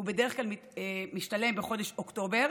ובדרך כלל משולם בחודש אוקטובר